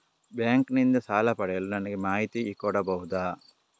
Bank ನಿಂದ ಸಾಲ ಪಡೆಯಲು ನನಗೆ ಮಾಹಿತಿ ಕೊಡಬಹುದ?